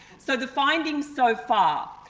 so, the findings so far.